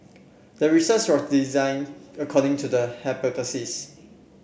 the research was designed according to the hypothesis